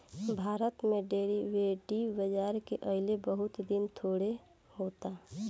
भारत में डेरीवेटिव बाजार के अइले बहुत दिन थोड़े होता